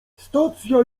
stacja